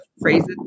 phrases